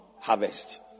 harvest